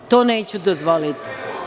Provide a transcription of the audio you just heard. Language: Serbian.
To neću dozvoliti.